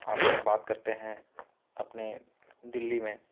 आप अगर बात करते हैं अपनी दिल्ली में